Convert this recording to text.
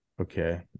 Okay